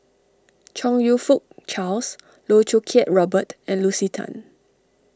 Chong You Fook Charles Loh Choo Kiat Robert and Lucy Tan